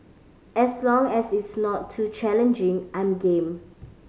as long as it's not too challenging I'm game